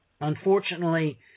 unfortunately